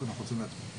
אנחנו רוצים להתחיל).